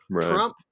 Trump